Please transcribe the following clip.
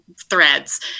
threads